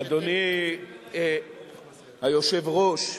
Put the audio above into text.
אדוני היושב-ראש,